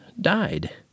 died